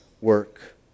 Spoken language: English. work